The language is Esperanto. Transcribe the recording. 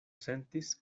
sentis